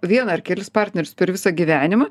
vieną ar kelis partnerius per visą gyvenimą